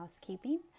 housekeeping